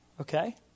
Okay